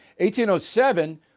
1807